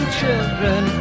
children